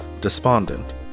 despondent